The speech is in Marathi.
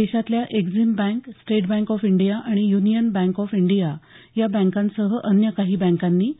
देशातल्या Exim bank state bank of India आणि युनियन बँक ऑफ इंडिया या बँकांसह अन्य काही बँकांनी